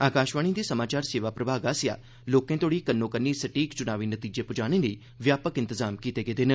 आकाशवाणी दे समाचार सेवा प्रभाग आसेआ लोकें तोहड़ी कन्नो कन्नी सटीक चुनावी नतीजे पुजाने लेई व्यापक इंतजाम कीते गेदे न